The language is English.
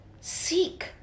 seek